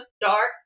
dark